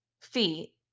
feet